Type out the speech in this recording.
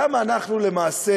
למה אנחנו למעשה